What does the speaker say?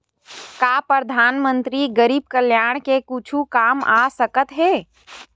का परधानमंतरी गरीब कल्याण के कुछु काम आ सकत हे